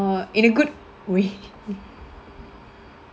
oh in a good way